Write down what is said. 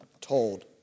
told